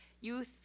youth